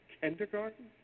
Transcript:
kindergarten